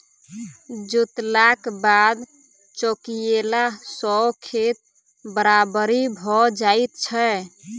जोतलाक बाद चौकियेला सॅ खेत बराबरि भ जाइत छै